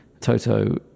Toto